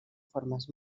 formes